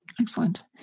Excellent